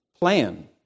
plan